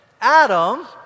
Adam